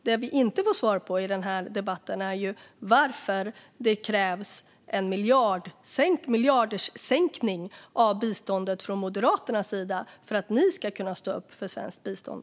Det vi inte får svar på i den här debatten är varför det från Moderaternas sida krävs en sänkning med miljarder av biståndet för att ni ska kunna stå upp för svenskt bistånd.